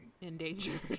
endangered